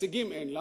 הישגים אין לה,